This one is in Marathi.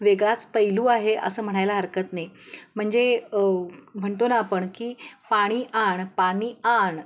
वेगळाच पैलू आहे असं म्हणायला हरकत नाही म्हणजे म्हणतो ना आपण की पाणी आण पाणी आण